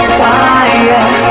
fire